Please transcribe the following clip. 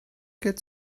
get